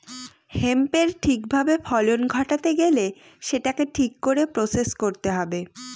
হেম্পের ঠিক ভাবে ফলন ঘটাতে গেলে সেটাকে ঠিক করে প্রসেস করতে হবে